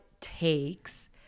takes